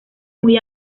muy